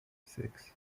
six